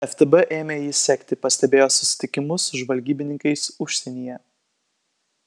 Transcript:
ftb ėmė jį sekti pastebėjo susitikimus su žvalgybininkais užsienyje